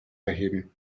erheben